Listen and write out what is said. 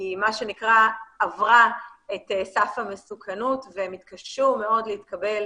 היא מה שנקרא עברה את סף המסוכנות והם יתקשו מאוד להתקבל